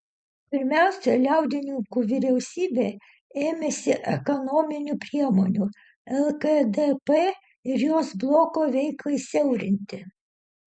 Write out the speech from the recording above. pirmiausia liaudininkų vyriausybė ėmėsi ekonominių priemonių lkdp ir jos bloko veiklai siaurinti